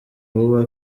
kuvuga